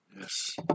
Yes